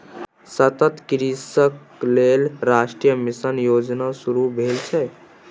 सतत कृषिक लेल राष्ट्रीय मिशन योजना शुरू भेल छै